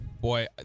Boy